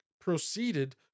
proceeded